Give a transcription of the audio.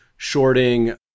shorting